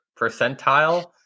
percentile